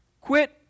Quit